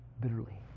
bitterly